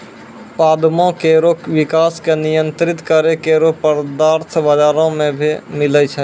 पादपों केरो विकास क नियंत्रित करै केरो पदार्थ बाजारो म मिलै छै